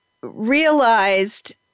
realized